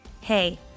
Hey